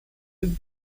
you